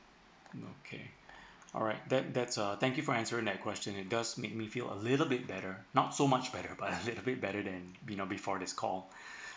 okay alright that that's uh thank you for answering that question it does make me feel a little bit better not so much better but a little bit better than you know before this call